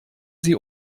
sie